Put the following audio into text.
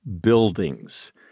buildings